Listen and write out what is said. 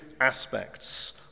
aspects